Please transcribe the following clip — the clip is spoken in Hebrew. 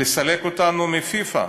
לסלק אותנו מפיפ"א,